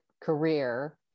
career